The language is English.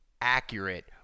accurate